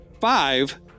Five